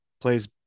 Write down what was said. plays